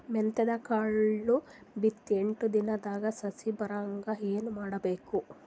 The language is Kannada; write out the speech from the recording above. ಮೆಂತ್ಯದ ಕಾಳು ಬಿತ್ತಿ ಎಂಟು ದಿನದಾಗ ಸಸಿ ಬರಹಂಗ ಏನ ಮಾಡಬೇಕು?